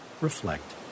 reflect